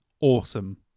awesome